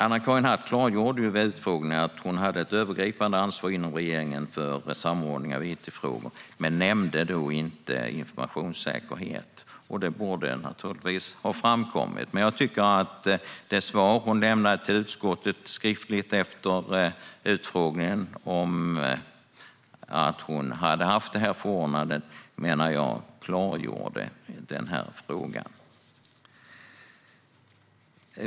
Anna-Karin Hatt klargjorde vid utfrågningen att hon hade ett övergripande ansvar inom regeringen för samordning av it-frågor. Men hon nämnde då inte informationssäkerhet. Det borde naturligtvis ha framkommit. Men jag menar att det skriftliga svar som hon lämnade till utskottet efter utfrågningen om att hon hade haft det förordnandet klargjorde den frågan.